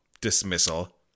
dismissal